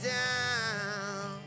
down